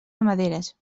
ramaderes